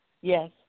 Yes